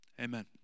Amen